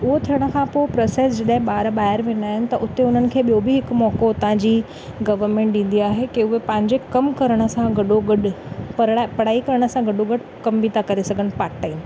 उहो थियण खां पोइ प्रोसैस जॾहिं ॿार ॿाहिरि वेंदा आहिनि त उते उन्हनि खे ॿियो बि हिकु मौक़ो हुतां जी गवर्नमेंट ॾींदी आहे की उहे पंहिंजे कमु करण सां गॾो गॾु पढ़ाई करण सां गॾो गॾु कम बि त करे सघनि पाटटाइम